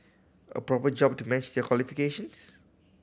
a proper job to match their qualifications